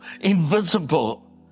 invisible